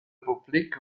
republik